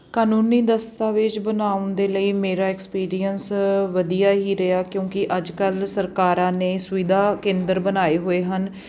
ਕਾਨੂੰਨੀ ਦਸਤਾਵੇਜ਼ ਬਣਾਉਣ ਦੇ ਲਈ ਮੇਰਾ ਐਕਸਪੀਰੀਅਅੰਸ ਵਧੀਆ ਹੀ ਰਿਹਾ ਕਿਉਂਕਿ ਅੱਜ ਕੱਲ੍ਹ ਸਰਕਾਰਾਂ ਨੇ ਸੁਵਿਧਾ ਕੇਂਦਰ ਬਣਾਏ ਹੋਏ ਹਨ